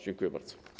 Dziękuję bardzo.